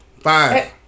Five